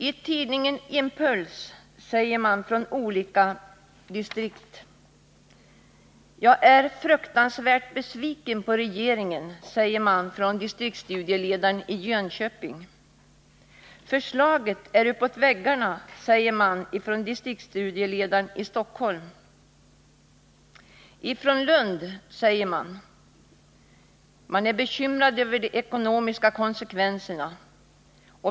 I tidningen Impuls står att läsa följande uttalanden från olika distrikt: ”Jag är fruktansvärt besviken på regeringen”, säger distriktsstudieledaren i Jönköping. ”Förslaget är helt uppåt väggarna”, säger distriktsstudieledaren i Stockholm. I Lund är man bekymrad över de ekonomiska konsekvenserna.